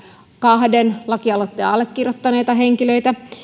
kahden lakialoitteen allekirjoittaneita henkilöitä